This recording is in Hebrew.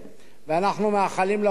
ואנחנו מאחלים לו הצלחה.